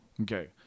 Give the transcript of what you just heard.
Okay